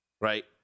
right